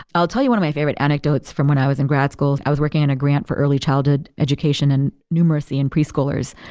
i'll tell you one of my favorite anecdotes from when i was in grad school. i was working in a grant for early childhood education and numeracy in preschoolers.